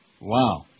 Wow